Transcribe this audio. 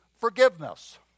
forgiveness